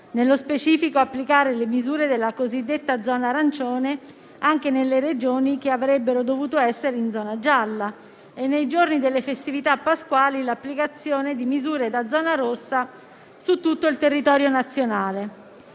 all'applicazione di misure della cosiddetta zona arancione anche nelle Regioni che avrebbero dovuto essere in zona gialla e, nei giorni delle festività pasquali, all'applicazione di misure da zona rossa su tutto il territorio nazionale.